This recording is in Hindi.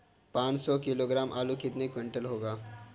पाँच सौ किलोग्राम आलू कितने क्विंटल होगा?